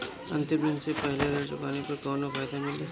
अंतिम दिन से पहले ऋण चुकाने पर कौनो फायदा मिली?